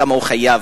שישאל את השר.